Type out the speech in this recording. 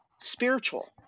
spiritual